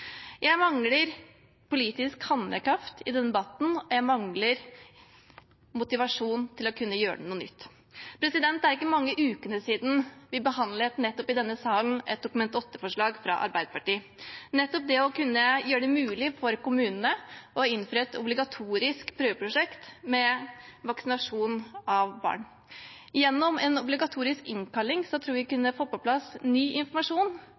Jeg mangler politisk handlekraft i denne debatten, og jeg mangler motivasjon til å kunne gjøre noe nytt. Det er ikke mange ukene siden vi i denne salen behandlet et Dokument 8-forslag fra Arbeiderpartiet om nettopp det å kunne gjøre det mulig for kommunene å innføre et obligatorisk prøveprosjekt med vaksinasjon av barn. Gjennom en obligatorisk innkalling tror jeg vi kunne få på plass ny informasjon